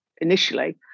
initially